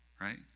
right